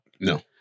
No